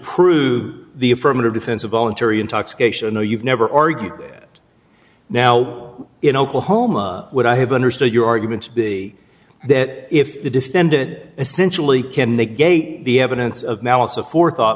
prove the affirmative defense of voluntary intoxication no you've never argued it now in oklahoma would i have understood your argument to be that if the defended essentially can negate the evidence of malice of forethought